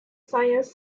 science